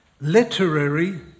Literary